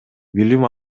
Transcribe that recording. билим